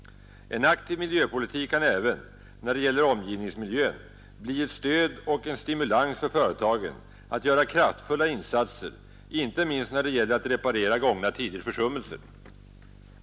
En aktiv miljöpolitik kan även när det gäller omgivningsmiljön bli ett stöd och en stimulans för företagen att göra kraftfulla insatser icke minst när det gäller att reparera gångna tiders försummelser.